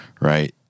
Right